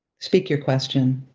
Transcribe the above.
speak your question,